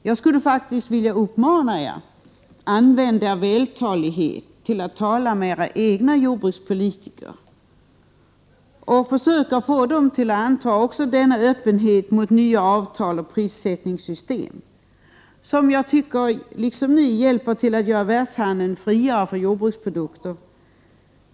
Jag skulle faktiskt vilja uppmana er att använda er vältalighet till att tala med era egna jordbrukspolitiker och försöka få dem att anta denna öppenhet mot nya avtal och prissättningssystem, som hjälper till att göra världshandeln friare för jordbruksprodukter.